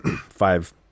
five